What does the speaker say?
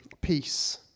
peace